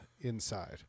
inside